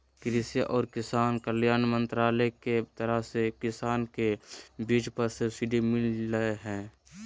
कृषि आर किसान कल्याण मंत्रालय के तरफ से किसान के बीज पर सब्सिडी मिल लय हें